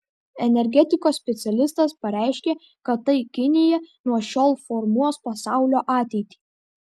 energetikos specialistas pareiškė kad tai kinija nuo šiol formuos pasaulio ateitį